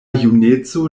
juneco